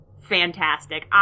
fantastic